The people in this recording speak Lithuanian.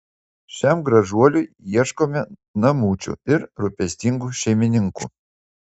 šiam gražuoliui ieškome namučių ir rūpestingų šeimininkų